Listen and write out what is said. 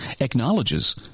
acknowledges